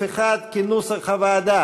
זוהיר בהלול,